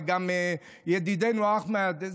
וגם ידידנו אחמד.